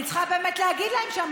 אני צריכה באמת להגיד להם שם,